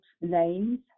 names